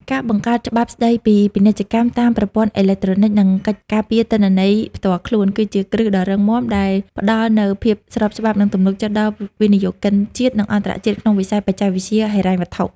ការបង្កើតច្បាប់ស្ដីពីពាណិជ្ជកម្មតាមប្រព័ន្ធអេឡិចត្រូនិក និងកិច្ចការពារទិន្នន័យផ្ទាល់ខ្លួន គឺជាគ្រឹះដ៏រឹងមាំដែលផ្ដល់នូវភាពស្របច្បាប់ និងទំនុកចិត្តដល់វិនិយោគិនជាតិ និងអន្តរជាតិក្នុងវិស័យបច្ចេកវិទ្យាហិរញ្ញវត្ថុ។